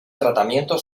tratamiento